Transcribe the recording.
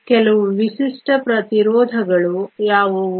ಕೆಲವು ವಿಶಿಷ್ಟ ಪ್ರತಿರೋಧಗಳು ಯಾವುವು